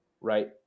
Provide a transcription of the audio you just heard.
right